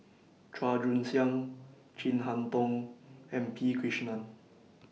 Chua Joon Siang Chin Harn Tong and P Krishnan